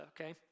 okay